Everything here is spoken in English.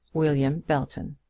william belton.